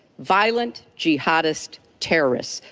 violent jihadist terrorists.